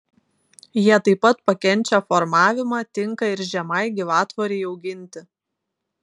jie taip pat pakenčia formavimą tinka ir žemai gyvatvorei auginti